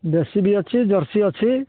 ଦେଶୀ ବି ଅଛି ଜର୍ସି ଅଛି